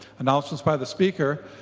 announcement by the speaker.